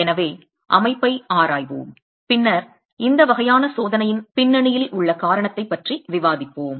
எனவே அமைப்பை ஆராய்வோம் பின்னர் இந்த வகையான சோதனையின் பின்னணியில் உள்ள காரணத்தைப் பற்றி விவாதிப்போம்